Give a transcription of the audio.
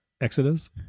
Exodus